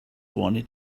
wanted